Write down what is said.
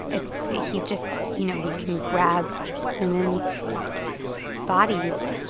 it's he just, you know, he can grab women's bodies.